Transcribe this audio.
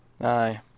Aye